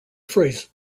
phrase